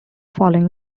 following